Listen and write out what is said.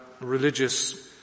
religious